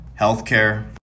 healthcare